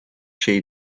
şeyi